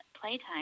playtime